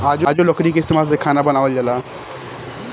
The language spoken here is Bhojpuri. आजो लकड़ी के इस्तमाल से खाना बनावल जाला